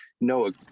no